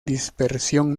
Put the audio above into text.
dispersión